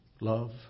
love